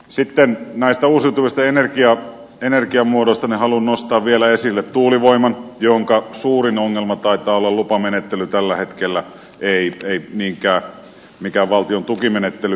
sitten näistä uusiutuvista energiamuodoista haluan nostaa vielä esille tuulivoiman jonka suurin ongelma taitaa olla lupamenettely tällä hetkellä ei niinkään mikään valtion tukimenettely